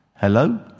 Hello